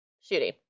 shooting